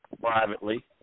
privately